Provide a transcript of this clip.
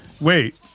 Wait